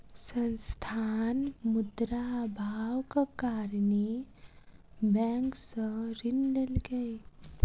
संस्थान, मुद्रा अभावक कारणेँ बैंक सॅ ऋण लेलकै